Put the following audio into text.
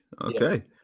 Okay